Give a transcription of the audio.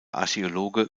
archäologe